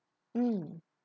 mm